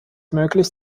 möglich